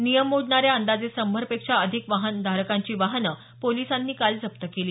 नियम मोडणाऱ्या अंदाजे शंभर पेक्षा अधिक वाहनधारकांची वाहनं पोलीसांनी काल जप्त केली